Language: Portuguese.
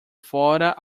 fora